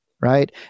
Right